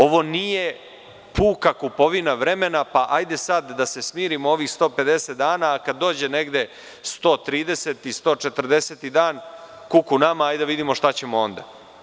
Ovo nije puka kupovina vremena, pa hajde sad da se smirimo ovih 150 dana, pa kada dođe 130, 140 dan, kuku nama, hajde da vidimo šta ćemo onda.